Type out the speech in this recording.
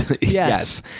Yes